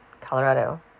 Colorado